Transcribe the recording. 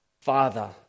Father